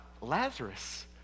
Lazarus